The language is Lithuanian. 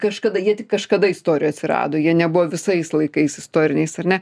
kažkada jie tik kažkada istorijoj atsirado jie nebuvo visais laikais istoriniais ar ne